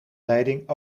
leiding